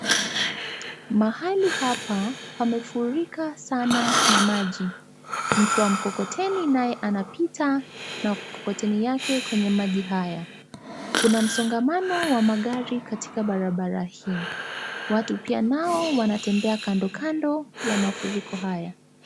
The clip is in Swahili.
Mahali hapa pamefurika sana na maji Mtu wa mkokoteni naye pia anapita na mkokoteni yake kwenye maji haya. Kuna msongamano wa magari katika barabara hii. Watu pia nao wanatembea kando kando ya mafuriko haya.